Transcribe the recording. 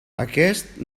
aquest